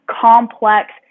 complex